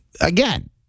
Again